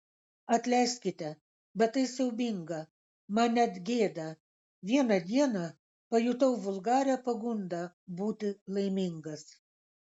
atleiskite bet tai siaubinga man net gėda vieną dieną pajutau vulgarią pagundą būti laimingas